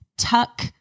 Tuck